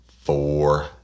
four